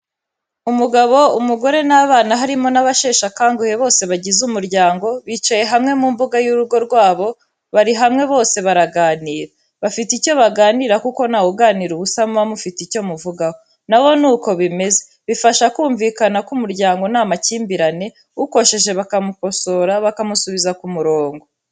Umugabo, umugore n'abana, harimo n'abasheshe akanguhe, bose bagize umuryango bicaye hamwe mu mbuga y'urugo rwabo, bari hamwe bose baraganira, bafite icyo baganiraho kuko ntawuganira ubusa muba mufite icyo muvugaho. Na bo nuko bimeze. Bifasha kumvikana ku muryango ntamakimbirane, ukosheje bakamukosora, bakamusubiza ku murongo.